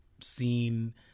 seen